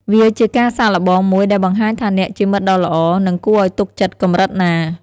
វាជាការសាកល្បងមួយដែលបង្ហាញថាអ្នកជាមិត្តដ៏ល្អ និងគួរឱ្យទុកចិត្តកម្រិតណា។